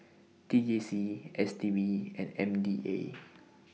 T J C S T B and M D A